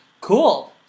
Cool